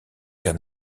qu’un